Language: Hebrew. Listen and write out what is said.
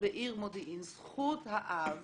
זכות האב